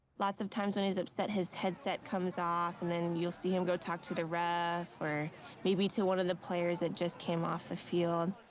lots of times when he's upset, his headset comes off, and then you'll see him go talk to the ref or maybe to one of the players that just came off the field.